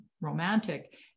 romantic